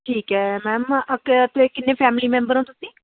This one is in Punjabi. ਠੀਕ ਹੈ ਮੈਮ ਅੱਗੇ ਆਪਣੇ ਕਿੰਨੇ ਫੈਮਲੀ ਮੈਂਬਰ ਹੋ ਤੁਸੀਂ